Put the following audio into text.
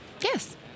Yes